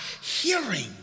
hearing